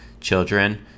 children